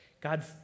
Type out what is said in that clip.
God's